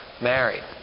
married